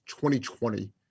2020